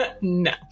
no